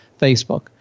Facebook